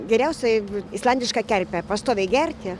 geriausia jeigu islandišką kerpę pastoviai gerti